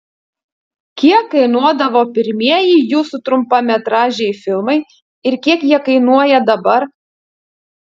kiek kainuodavo pirmieji jūsų trumpametražiai filmai ir kiek jie kainuoja dabar